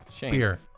beer